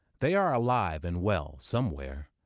they are alive and well somewhere.